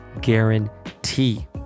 guarantee